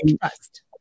trust